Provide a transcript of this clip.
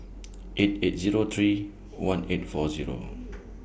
eight eight Zero three one eight four Zero